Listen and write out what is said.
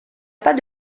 pas